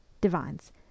Divines